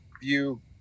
view